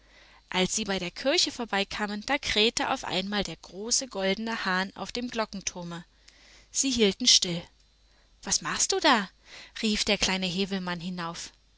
als sie bei der kirche vorbei kamen da krähte auf einmal der große goldene hahn auf dem glockenturm sie hielten still was machst du da rief der kleine häwelmann hinauf